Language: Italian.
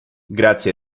grazie